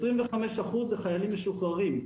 25% מהם הם חיילים משוחררים.